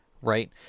right